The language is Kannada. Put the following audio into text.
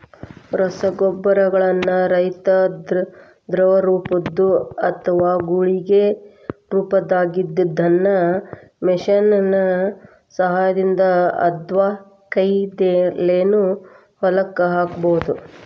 ರಸಗೊಬ್ಬರಗಳನ್ನ ರೈತಾ ದ್ರವರೂಪದ್ದು ಅತ್ವಾ ಗುಳಿಗಿ ರೊಪದಾಗಿದ್ದಿದ್ದನ್ನ ಮಷೇನ್ ನ ಸಹಾಯದಿಂದ ಅತ್ವಾಕೈಲೇನು ಹೊಲಕ್ಕ ಹಾಕ್ಬಹುದು